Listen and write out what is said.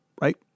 right